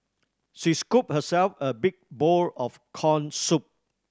she scooped herself a big bowl of corn soup